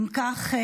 אם כך,